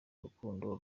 urukundo